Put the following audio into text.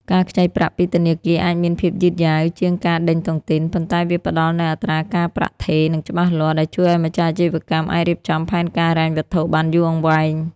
ការខ្ចីប្រាក់ពីធនាគារអាចមានភាពយឺតយ៉ាវជាងការដេញតុងទីន ប៉ុន្តែវាផ្ដល់នូវអត្រាការប្រាក់ថេរ និងច្បាស់លាស់ ដែលជួយឱ្យម្ចាស់អាជីវកម្មអាចរៀបចំផែនការហិរញ្ញវត្ថុបានយូរអង្វែង។